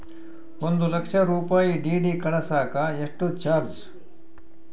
ಒಂದು ಲಕ್ಷ ರೂಪಾಯಿ ಡಿ.ಡಿ ಕಳಸಾಕ ಎಷ್ಟು ಚಾರ್ಜ್?